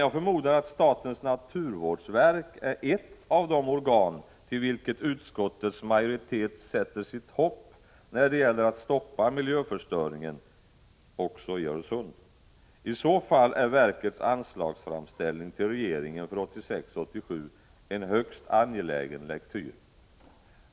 Jag förmodar att statens naturvårdsverk är ett av de organ till vilka utskottets majoritet sätter sitt hopp när det gäller att stoppa miljöförstöringen i Öresund. I så fall är verkets anslagsframställning till regeringen för 1986/87 en högst angelägen lektyr.